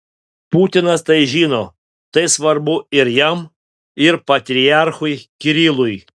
putinas tai žino tai svarbu ir jam ir patriarchui kirilui